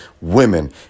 Women